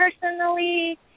personally